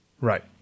Right